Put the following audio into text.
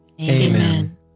Amen